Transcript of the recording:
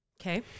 Okay